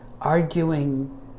arguing